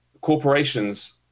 corporations